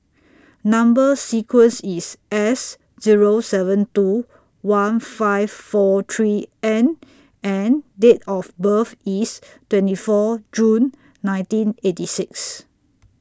Number sequence IS S Zero seven two one five four three N and Date of birth IS twenty four June nineteen eighty six